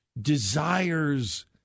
desires